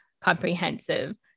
comprehensive